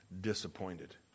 disappointed